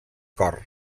cor